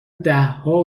دهها